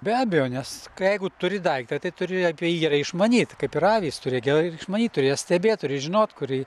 be abejo nes jeigu turi daiktą tai turi apie jį gerai išmanyt kaip ir avis turi gerai išmanyt turi jas stebėt turi žinot kuri